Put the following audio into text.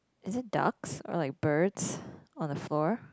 is it ducks or like birds on the door